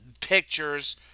pictures